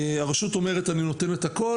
הרשות אומרת "אני נותנת הכל",